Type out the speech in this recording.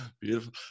beautiful